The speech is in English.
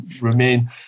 remain